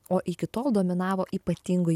o iki tol dominavo ypatingai